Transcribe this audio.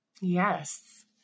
Yes